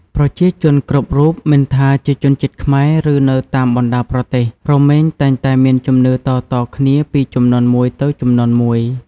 ប្រជាជនគ្រប់រូបមិនថាជាជនជាតិខ្មែរ ឬនៅតាមបណ្តាប្រទេសរមែងតែងតែមានជំនឿតៗគ្នាពីជំនាន់មួយទៅជំនាន់មួយ។